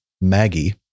Maggie